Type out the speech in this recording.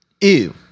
Ew